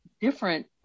different